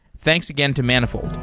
thanks again to manifold.